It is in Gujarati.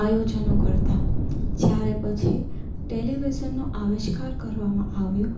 આયોજનો કરતાં જ્યારે પછી ટેલિવિઝનનો આવિષ્કાર કરવામાં આવ્યો